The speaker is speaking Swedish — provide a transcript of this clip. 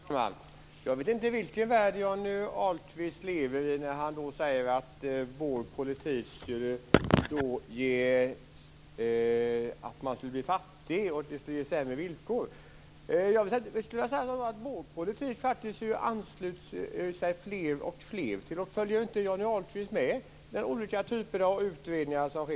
Fru talman! Jag vet inte vilken värld Johnny Ahlqvist lever i när han säger att moderaternas politik skulle göra att man skulle bli fattig och att det skulle ge sämre villkor. Det är fler och fler som ansluter sig till vår politik. Följer inte Johnny Ahlqvist med i förslagen från olika typer av utredningar?